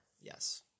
yes